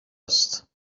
است